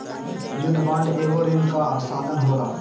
युद्ध बांड एगो ऋण कअ साधन होला